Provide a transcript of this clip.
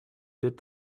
did